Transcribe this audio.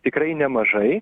tikrai nemažai